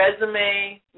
resume